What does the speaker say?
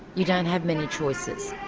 you don't have many choices.